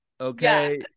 okay